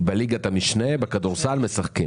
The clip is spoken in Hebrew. בליגת המשנה בכדורסל, משחקים?